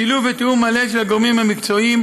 בשילוב ובתיאום מלא של הגורמים המקצועיים,